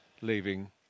leaving